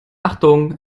achtung